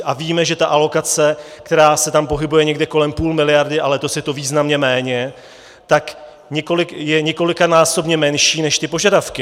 A víme, že ta alokace, která se tam pohybuje někde kolem půl miliardy, a letos je to významně méně, je několikanásobně menší než ty požadavky.